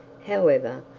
however,